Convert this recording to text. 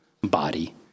body